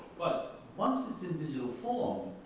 but once it's in digital form,